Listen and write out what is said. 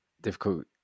difficult